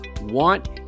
want